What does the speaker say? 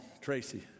Tracy